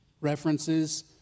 references